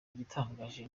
igitangaje